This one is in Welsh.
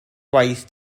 gwaith